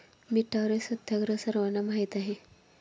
मिठावरील सत्याग्रह सर्वांना माहीत आहे